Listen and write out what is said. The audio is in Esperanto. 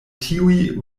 tiuj